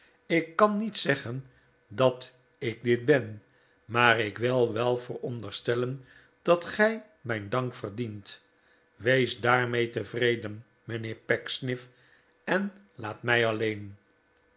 ik kan niet zeggen dat ik dit ben maar ik wil wel veronderstellen dat gij mijn dank verdient wees daarmee tevreden mijnheer pecksniff en laat mij alleen